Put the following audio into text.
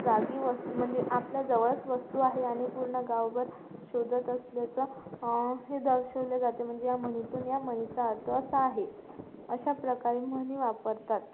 जागी वस म्हणजे आपल्याजवळच वस्तू आहे आणि पूर्ण गावभर शोधत असल्याचं हे दर्शवलं जातं म्हणजे या म्हणीतून या म्हणीचा अर्थ असा आहे अशा प्रकारे म्हणी वापरतात